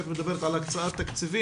בהמשך נדבר על הקצאת תקציבים,